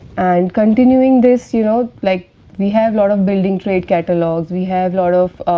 and continuing this, you know, like we have lot of building trade catalogs, we have lot of